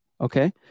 Okay